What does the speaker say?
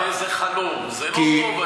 זה לא טוב, העסק הזה.